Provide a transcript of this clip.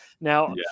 Now